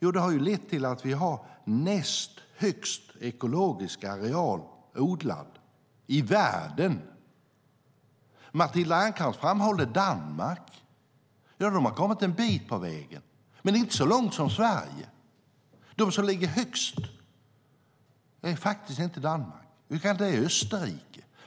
Vad har detta lett till? Jo, till att vi har näst högst ekologiskt odlad areal i världen. Matilda Ernkrans framhåller Danmark. De har kommit en bit på väg, men inte lika långt som Sverige. De som ligger högst är faktiskt inte Danmark, utan Österrike.